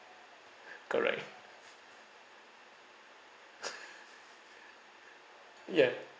correct ya